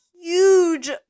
huge